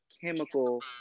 chemical